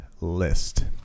list